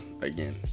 again